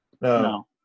No